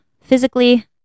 physically